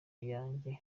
yanjye